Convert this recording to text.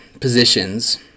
positions